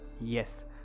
Yes